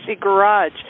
garage